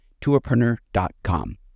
tourpreneur.com